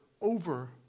over